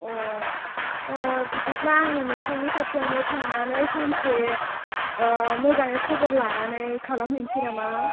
बिदिब्ला आङो नोंथांनि खाथियावनो थांनानै सानसे मोजाङै खबर लानानै खालामहैनोसै नामा